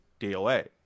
DOA